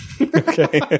Okay